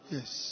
Yes